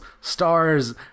stars